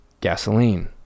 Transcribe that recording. gasoline